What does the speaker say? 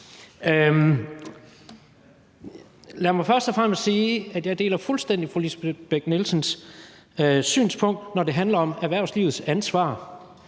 og fremmest sige, at jeg fuldstændig deler fru Lisbeth Bech-Nielsens synspunkt, når det handler om erhvervslivets ansvar,